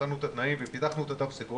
ונתנו את התנאים ופיתחנו את התו הסגול.